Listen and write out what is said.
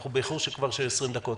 אנחנו כבר באיחור של 20 דקות.